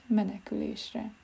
menekülésre